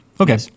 Okay